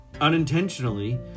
unintentionally